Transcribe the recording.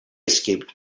escaped